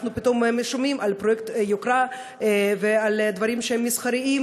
אנחנו פתאום שומעים על פרויקט יוקרה ועל דברים שהם מסחריים,